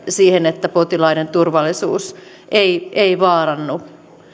siihen että potilaiden turvallisuus ei ei vaarannu